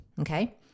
Okay